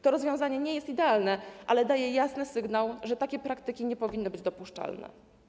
To rozwiązanie nie jest idealne, ale daje jasny sygnał, że takie praktyki nie powinny być dopuszczalne.